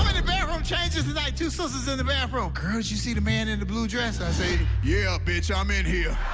bathroom changing tonight. two sisters in the bathroom, girl, did you see the man in the blue dress? and i said, yeah, bitch, i'm in here.